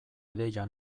ideia